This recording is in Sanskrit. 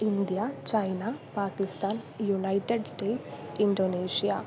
India China Pakistan United State Indonesia